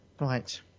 right